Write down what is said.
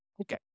Okay